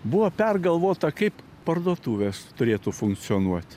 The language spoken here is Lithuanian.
buvo pergalvota kaip parduotuvės turėtų funkcionuot